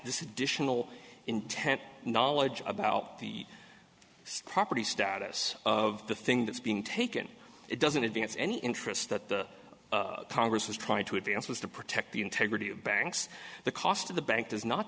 this additional intent knowledge about the property status of the thing that's being taken it doesn't advance any interest that congress was trying to advance was to protect the integrity of banks the cost of the bank does not